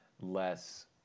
less